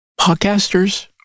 Podcasters